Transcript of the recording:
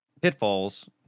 pitfalls